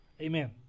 amen